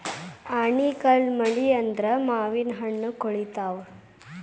ಆನಿಕಲ್ಲ್ ಮಳಿ ಆದ್ರ ಮಾವಿನಹಣ್ಣು ಕ್ವಳಿತಾವ